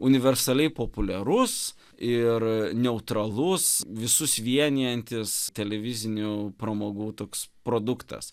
universaliai populiarus ir neutralus visus vienijantis televizinių pramogų toks produktas